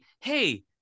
hey